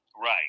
Right